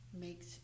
makes